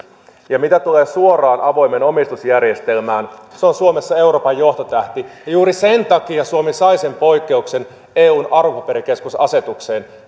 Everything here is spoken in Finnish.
ja mitä tulee suoraan avoimeen omistusjärjestelmään se on suomessa euroopan johtotähti ja juuri sen takia suomi sai sen poikkeuksen eun arvopaperikeskusasetukseen